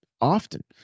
often